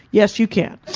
yes you can.